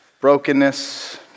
brokenness